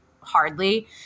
hardly